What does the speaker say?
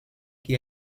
qui